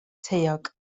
taeog